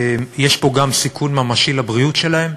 יש פה גם סיכון ממשי לבריאות שלהם,